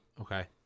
Okay